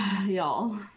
Y'all